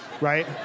Right